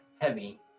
heavy